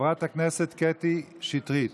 חברת הכנסת קטי שטרית,